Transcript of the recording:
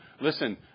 Listen